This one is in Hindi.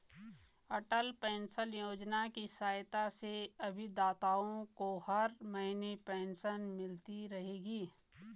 अटल पेंशन योजना की सहायता से अभिदाताओं को हर महीने पेंशन मिलती रहेगी